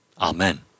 Amen